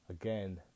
Again